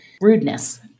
Rudeness